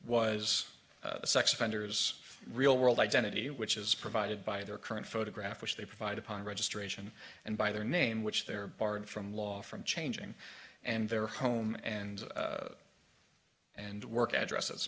was sex offenders real world identity which is provided by their current photograph which they provide upon registration and by their name which they're barred from law from changing and their home and and work addresses